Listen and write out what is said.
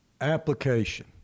application